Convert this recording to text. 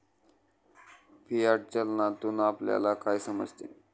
Fiat चलनातून आपल्याला काय समजते?